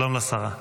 שלום לשרה.